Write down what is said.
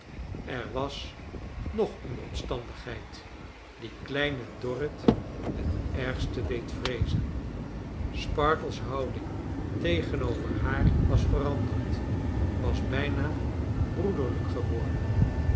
er was nog een omstandigheid die kleine dorrit het ergste deed vreezen sparkler's houding tegenover haar was veranderd was bijna broederlijk geworden